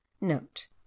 note